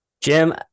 Jim